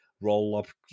roll-up